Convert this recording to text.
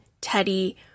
Teddy